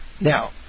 Now